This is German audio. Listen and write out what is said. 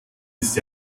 ist